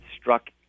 struck